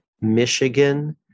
Michigan